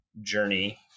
journey